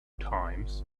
times